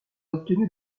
obtenu